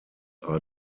are